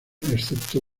excepto